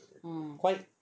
quite